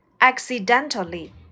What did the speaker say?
accidentally